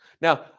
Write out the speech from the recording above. now